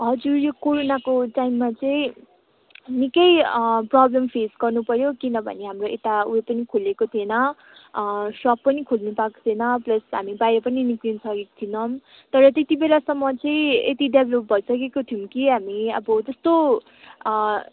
हजुर यो कोरोनाको टाइममा चाहिँ निकै प्रोबलम फेस गर्नुपऱ्यो किनभने हाम्रो यता उयो पनि खोलिएको थिएन सप पनि खोल्नु पाएको थिएन प्लस हामी बाहिर पनि निक्लिनु सकेको थिएनौँ तर त्यति बेलासम्म चाहिँ यति डेभलोप भइसकेको थियौँ कि हामी अब त्यस्तो